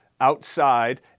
outside